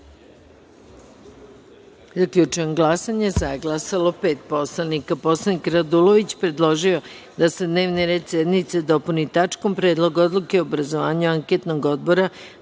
predlog. Zaključujem glasanje: za je glasalo pet poslanika. Poslanik Radulović predložio je da se dnevni red sednice dopuni tačkom - Predlog odluke o obrazovanju anketnog odbora